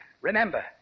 Remember